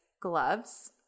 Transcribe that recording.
gloves